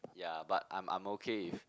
ya but I'm I'm okay with